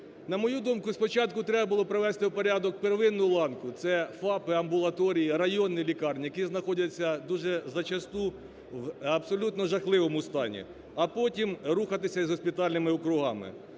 На мою думку, спочатку треба було привести у порядок первинну ланку це ФАПи, амбулаторії, районні лікарні, які знаходяться дуже зачасту в абсолютно жахливому стані, а потім рухатися з госпітальними округами.